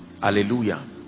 Hallelujah